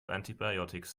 antibiotics